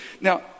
Now